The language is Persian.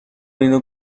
اینو